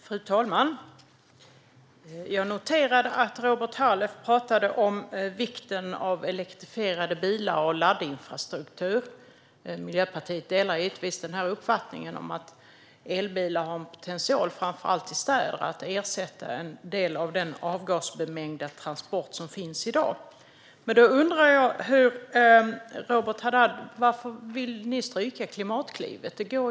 Fru talman! Jag noterade att Robert Halef talade om vikten av elektrifierade bilar och laddinfrastruktur. Miljöpartiet instämmer givetvis i att elbilar har en potential, framför allt i städer, att ersätta en del av den avgasbemängda transport som finns i dag. Jag undrar dock varför ni vill stryka Klimatklivet, Robert Halef?